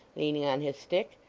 leaning on his stick.